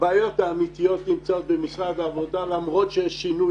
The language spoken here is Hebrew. הבעיות האמיתיות נמצאות במשרד העבודה והרווחה למרות שיש שינוי